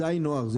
זה היינו הך.